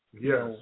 Yes